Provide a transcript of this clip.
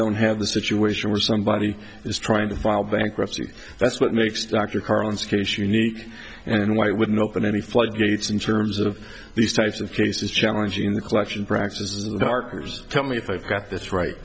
don't have the situation where somebody is trying to file bankruptcy that's what makes dr carlin's case unique and why would an open any floodgates in terms of these types of cases challenging the collection practices of the barkers tell me if i've got this right